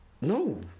No